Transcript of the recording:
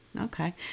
okay